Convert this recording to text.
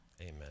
Amen